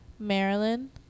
Maryland